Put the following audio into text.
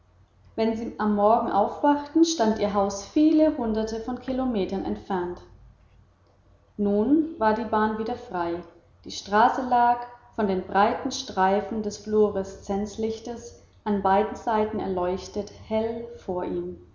wenn sie am morgen aufwachten stand ihr haus viele hunderte von kilometern entfernt nun war die bahn wieder frei die straße lag von den breiten streifen des fluoreszenzlichtes an beiden seiten erleuchtet hell vor ihm